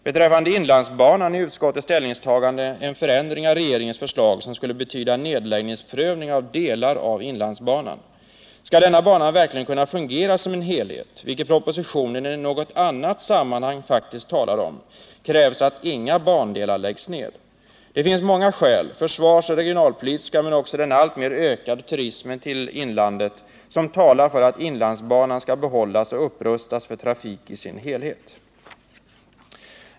Beträffande inlandsbanan innebär utskottets ställningstagande en förändring av regeringens förslag, som skulle betyda nedläggningsprövning av delar av inlandsbanan. Skall denna bana verkligen kunna fungera som en helhet, vilket propositionen i något annat sammanhang faktiskt talar om, krävs det att inga bandelar läggs ned. Det finns många skäl — försvarspolitiska och regionalpolitiska men också den alltmer ökande turismen i inlandet — som talar för att inlandsbanan i sin helhet skall behållas och upprustas för trafik.